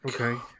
Okay